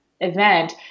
event